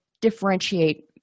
differentiate